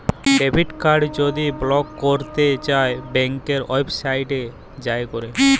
debit card যদি block ক্যইরতে চাই ব্যাংকের ওয়েবসাইটে যাঁয়ে ক্যরে